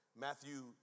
Matthew